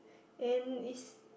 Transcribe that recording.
and is